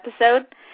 episode